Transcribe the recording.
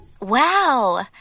Wow